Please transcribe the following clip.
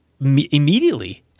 immediately